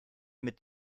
mit